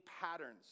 patterns